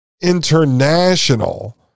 International